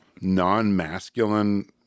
non-masculine